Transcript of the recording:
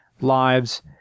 lives